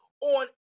on